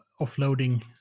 offloading